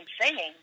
singing